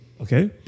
Okay